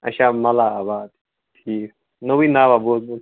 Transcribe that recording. اچھا مَلہٕ آباد ٹھیٖک نوٚوُے ناوا بوٗزمُت